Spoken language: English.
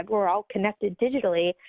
we're all connected digitally.